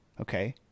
okay